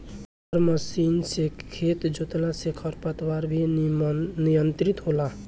rotor machine से खेत जोतला से खर पतवार पर भी नियंत्रण होला